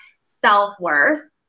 self-worth